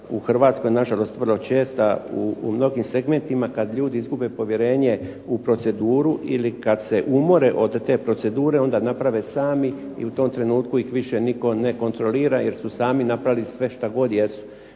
u Hrvatskoj na žalost vrlo česta, u mnogim segmentima kad ljudi izgube povjerenje u proceduru ili kad se umore od te procedure onda naprave sami i u tom trenutku ih više nitko ne kontrolira jer su sami napravili sve šta god jesu.